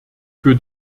für